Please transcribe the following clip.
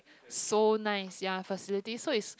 so nice ya facility so is